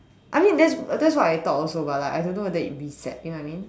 I mean that's that's what I thought also but like I don't know whether it reset you know what I mean